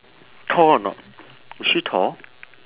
tall or not is she tall